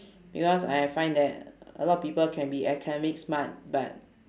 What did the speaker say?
because I I find that a lot of people can be academic smart but